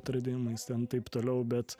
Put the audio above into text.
atradimais ten taip toliau bet